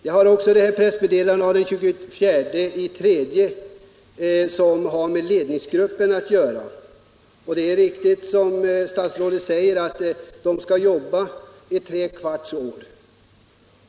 Jag har också pressmeddelandet av den 24 mars, som gäller den här ledningsgruppen. Det är riktigt som statsrådet säger att den gruppen skall arbeta i tre kvarts år.